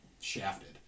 shafted